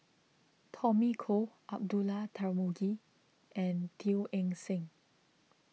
Tommy Koh Abdullah Tarmugi and Teo Eng Seng